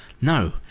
no